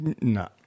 No